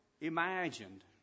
imagined